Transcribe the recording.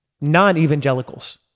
Non-evangelicals